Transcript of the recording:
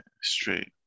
straight